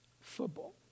football